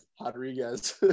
Rodriguez